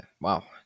Wow